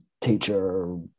Teacher